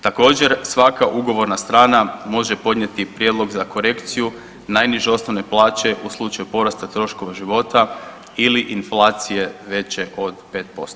Također svaka ugovorna strana može podnijeti prijedlog za korekciju najniže osnovne plaće u slučaju porasta troškova života ili inflacije veće od 5%